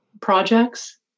projects